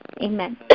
Amen